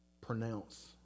pronounce